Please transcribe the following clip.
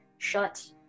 shut